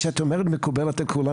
כשאת אומרת "מקובלת על כולם",